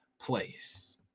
place